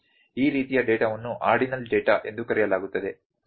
ಈ ರೀತಿಯ ಡೇಟಾವನ್ನು ಆರ್ಡಿನಲ್ ಡೇಟಾ ಎಂದು ಕರೆಯಲಾಗುತ್ತದೆ ಸರಿ